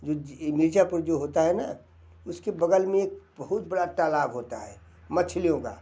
जो मिर्ज़ापुर जो होता है ना उसके बग़ल में एक बहुत बड़ा तालाब होता है मछलियों का